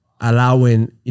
allowing